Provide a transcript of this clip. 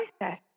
process